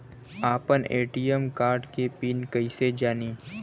आपन ATM card के PIN कईसे जानी?